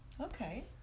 Okay